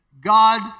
God